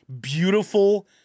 beautiful